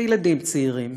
בילדים צעירים,